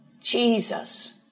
Jesus